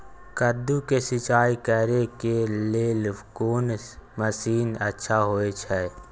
कद्दू के सिंचाई करे के लेल कोन मसीन अच्छा होय छै?